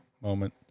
Moment